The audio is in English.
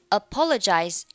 apologize